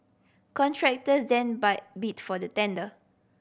contractors then buy bid for the tender